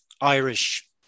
Irish